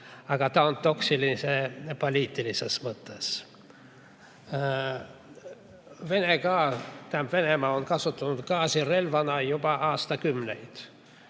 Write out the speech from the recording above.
aga ta on toksiline poliitilises mõttes. Venemaa on kasutanud gaasi relvana juba aastakümneid.